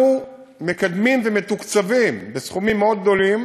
אנחנו מקדמים ומתוקצבים בסכומים מאוד גדולים